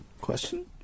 Question